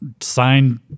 signed